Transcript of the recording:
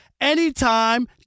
anytime